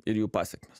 ir jų pasekmes